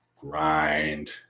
grind